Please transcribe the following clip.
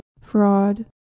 fraud